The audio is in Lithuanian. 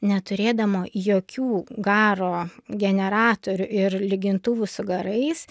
neturėdama jokių garo generatorių ir lygintuvų su garais